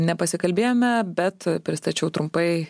nepasikalbėjome bet pristačiau trumpai